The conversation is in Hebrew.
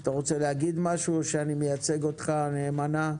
אתה רוצה להגיד משהו או שאני מייצג אותך נאמנה?